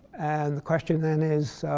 and the question then is,